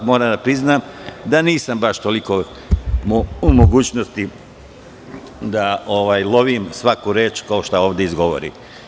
Moram da priznam da nisam u tolikoj mogućnosti da lovim svaku reč koja se ovde izgovori.